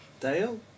Dale